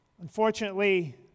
Unfortunately